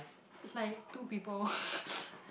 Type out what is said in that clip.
it's like two people